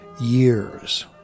years